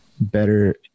better